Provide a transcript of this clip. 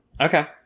Okay